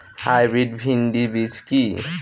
Hybrid ভীন্ডি বীজ কি?